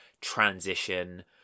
transition